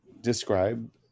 describe